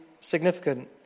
significant